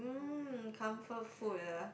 um comfort food ah